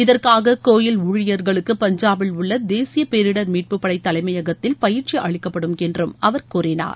இதற்காக கோயில் ஊழியர்களுக்கு பஞ்சாபில் உள்ள தேசிய பேரிடர் மீட்பு படை தலைமையகத்தில் பயிற்சி அளிக்கப்படும் என்றும் அவர் கூறினார்